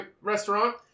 restaurant